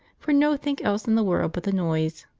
for nothink else in the world but the noise.